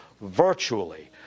virtually